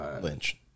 Lynch